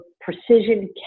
precision